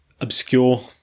obscure